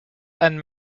and